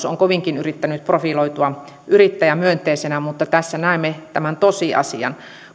on kovinkin yrittänyt profiloitua yrittäjämyönteisenä mutta tässä näemme tämän tosiasian